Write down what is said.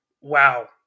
wow